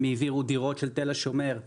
אני